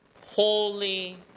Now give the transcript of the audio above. holy